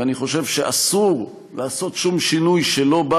ואני חושב שאסור לעשות שום שינוי שלא בא